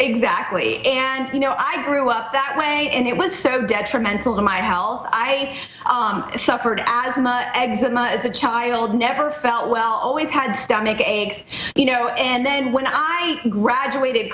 exactly and you know i grew up that way and it was so detrimental to my al i suffered asthma exit my as a child never felt well always had stomach aches you know and then when i graduated